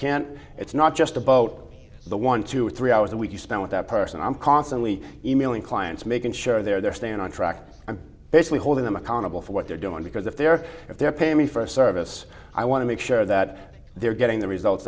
can't it's not just about the one two or three hours a week you spend with that person i'm constantly emailing clients making sure they're staying on track i'm basically holding them accountable for what they're doing because if they're if they're paying me for a service i want to make sure that they're getting the results